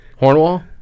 Hornwall